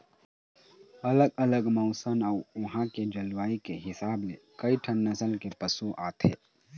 अलग अलग मउसन अउ उहां के जलवायु के हिसाब ले कइठन नसल के पशु आथे